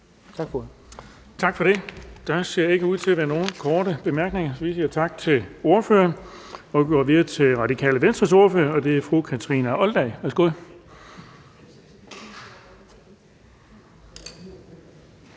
Tak for det. Der ser ikke ud til at være nogen korte bemærkninger. Vi siger tak til ordføreren og går videre til Radikale Venstres ordfører, og det er fru Kathrine Olldag. Værsgo.